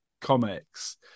comics